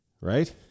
right